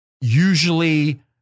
usually